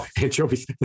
anchovies